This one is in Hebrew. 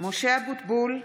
משה אבוטבול,